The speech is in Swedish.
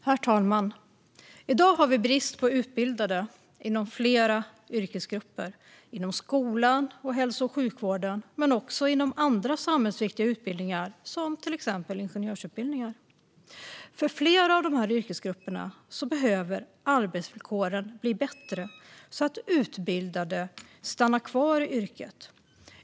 Herr talman! I dag har vi brist på utbildade inom flera yrkesgrupper, inom skolan och hälso och sjukvården. Men det gäller också andra samhällsviktiga utbildningar, till exempel ingenjörsutbildningar. För flera av dessa yrkesgrupper behöver arbetsvillkoren bli bättre så att utbildade stannar kvar i yrket.